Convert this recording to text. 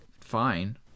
fine